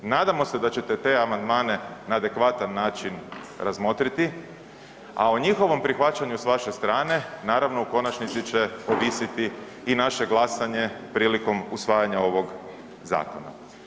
Nadamo se da ćete te amandmane na adekvatan način razmotriti, a o njihovom prihvaćanju s vaše strane, naravno, u konačnici će ovisiti i naše glasanje prilikom usvajanja ovog zakona.